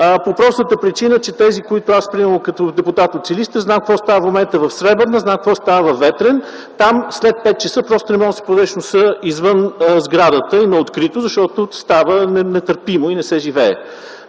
по простата причина, че тези, които ... Аз например като депутат от Силистра знам какво става в момента в Сребърна, знам какво става във Ветрен. Там след 17,00 ч. просто не може да си подадеш носа извън сградата и на открито, защото става нетърпимо и не се живее.